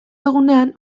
egunean